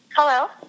hello